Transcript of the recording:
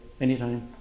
anytime